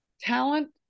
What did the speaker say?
talent